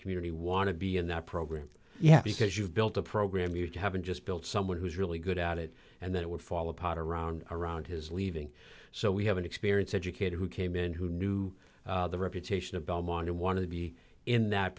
community want to be in that program yeah because you've built a program you haven't just built someone who's really good at it and then it would fall apart around around his leaving so we have an experience educator who came in who knew the reputation of belmont and wanted to be in that